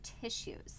tissues